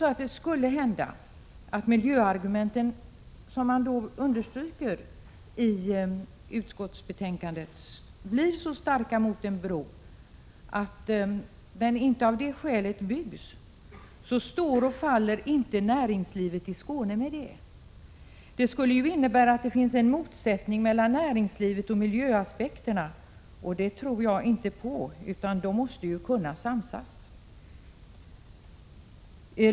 Skulle miljöargumenten, som det också understryks i utskottsbetänkandet, bli så starka mot en bro att den av det skälet inte byggs, står och faller inte näringslivet i Skåne med det. Det skulle innebära att det finns en motsättning mellan näringslivet och miljöaspekterna, och det tror jag inte på, utan de måste kunna samsas.